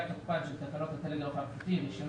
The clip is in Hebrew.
פקיעת תוקפן של תקנות הטלגרף האלחוטי (רישיונות,